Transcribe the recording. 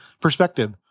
perspective